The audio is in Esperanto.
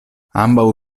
ambaŭ